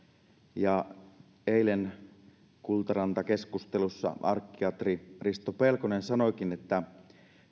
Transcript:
ja eilen kultaranta keskusteluissa arkkiatri risto pelkonen sanoikin että